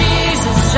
Jesus